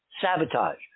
sabotage